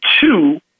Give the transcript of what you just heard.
Two